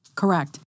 Correct